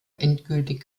endgültig